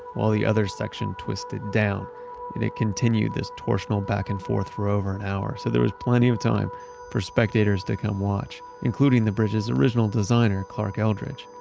while the other section twisted down. and it continued this torsional back and forth for over an hour. so there was plenty of time for spectators to come watch. including the bridge's original designer, clark eldridge.